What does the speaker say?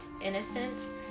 innocence